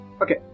Okay